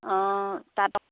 অঁ তাহাঁতক